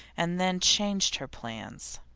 and then changed her plans.